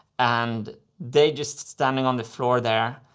and they, just standing on the floor there,